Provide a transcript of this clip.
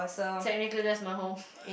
technically that's my home